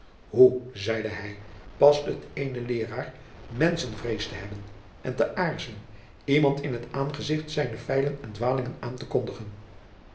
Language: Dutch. hoe zeide hij past het eenen leeraar menschenvrees te hebben en te aarzelen iemand in t aangezicht zijne feilen en dwalingen aan te kondigen